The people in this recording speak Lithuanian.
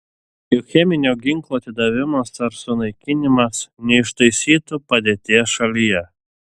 juk cheminio ginklo atidavimas ar sunaikinimas neištaisytų padėties šalyje